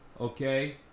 Okay